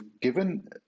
given